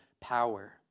power